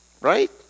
right